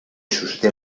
sosté